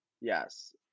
Yes